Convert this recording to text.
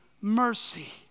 mercy